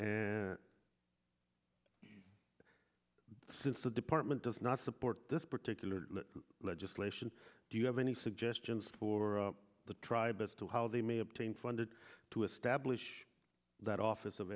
and since the department does not support this particular legislation do you have any suggestions for the tribe as to how they may obtain funded to establish that office of